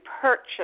purchase